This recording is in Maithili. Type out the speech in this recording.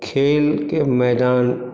खेलके मैदान